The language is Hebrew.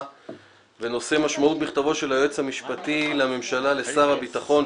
בנושא משמעות מכתבו של היועץ המשפטי לממשלה לשר הביטחון,